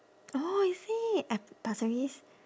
oh is it at pasir ris